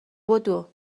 بدو